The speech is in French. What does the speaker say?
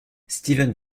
steven